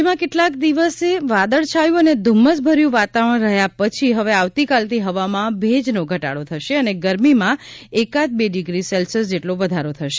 રાજયમાં કેટલાક દિવસ વાદળછાયુ અને ધુમ્મસભર્યુ વાતાવરણ રહયાં પછી હવે આવતીકાલથી હવામાં ભેજનો ઘટાડો થશે અને ગરમીમાં એકાદ બે ડિગ્રી સેલ્સીયસ જેટલો વધારો થશે